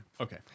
Okay